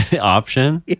option